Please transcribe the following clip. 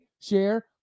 Share